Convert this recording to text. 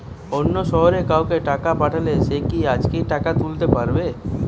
অন্য শহরের কাউকে টাকা পাঠালে সে কি আজকেই টাকা তুলতে পারবে?